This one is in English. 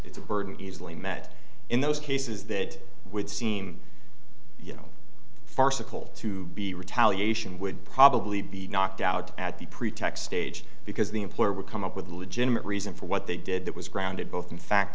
it's a burden easily met in those cases that would seem you know farcical to be retaliation would probably be knocked out at the pretext stage because the employer would come up with a legitimate reason for what they did that was grounded both in fact